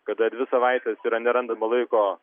kada dvi savaites yra nerandama laiko